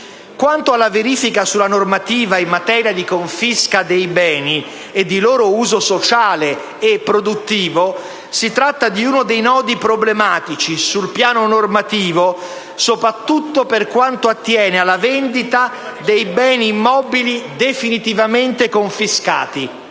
Quanto alla verifica sulla normativa in materia di confisca dei beni e di loro uso sociale e produttivo, si tratta di uno dei nodi problematici, sul piano normativo, soprattutto per quanto attiene alla vendita dei beni immobili definitivamente confiscati.